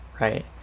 right